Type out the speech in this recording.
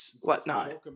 whatnot